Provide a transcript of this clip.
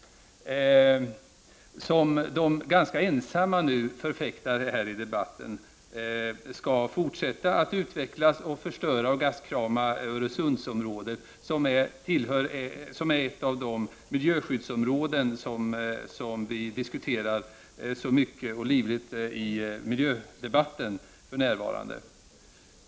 De är nu ganska ensamma om att här i debatten förfäkta detta som skall fortsätta att gastkrama och förstöra Öresundsområdet, som är ett av de miljöskyddsområden som vi för närvarande diskuterar så mycket och livligt i miljödebatten.